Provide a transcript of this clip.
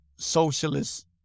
socialist